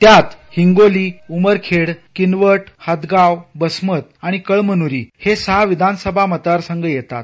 त्यात हिंगोली उमरखेड किनवा वसमत हदगाव आणि कळमनुरी हे सहा विधानसभा मतदार संघ येतात